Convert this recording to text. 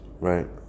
Right